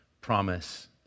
promise